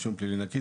רישום פלילי נקי,